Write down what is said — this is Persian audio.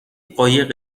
قایق